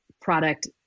product